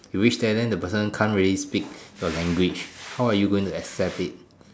you reach there then the person can't really speak your language how are you going to accept it